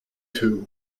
too